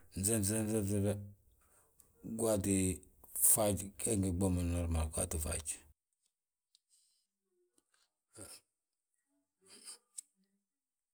Fnse, fnse, fnse fe, waati faaj, gwaati faaj geegi ngi ɓuu mo, normal gwaati faaj.